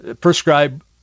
prescribe